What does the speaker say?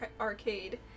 arcade